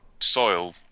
soil